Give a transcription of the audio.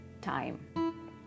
time